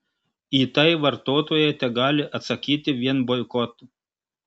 į tai vartotojai tegali atsakyti vien boikotu